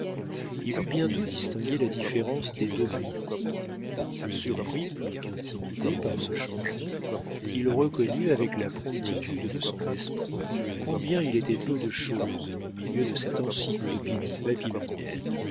il eut bientôt distingué la différence des deux pays surpris plus qu'intimidé par ce changement il reconnut avec la promptitude de son esprit combien il était peu de chose au milieu de cette encyclopédie